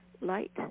light